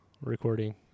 recording